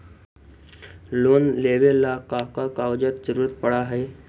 Loan लेवेला का का कागजात जरूरत पड़ हइ?